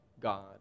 God